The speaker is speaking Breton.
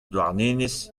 douarnenez